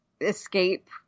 escape